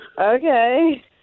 Okay